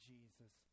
Jesus